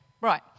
Right